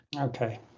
okay